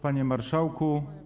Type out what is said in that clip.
Panie Marszałku!